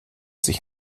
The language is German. sich